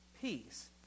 peace